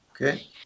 Okay